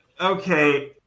Okay